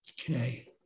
Okay